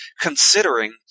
considering